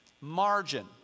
Margin